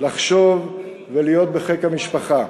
לחשוב ולהיות בחיק המשפחה.